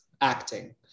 acting